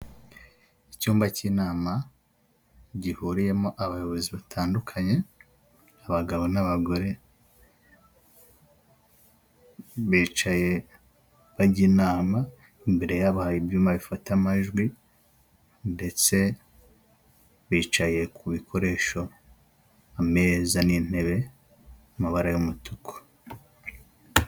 Icyumba cy'inama gihuriyemo abayobozi batandukanye, abagabo n'abagore bicaye bajya inama, imbere yabo hari ibyuma bifata amajwi ndetse bicaye ku bikoresho ameza n'intebe mu mabara y'umutuku.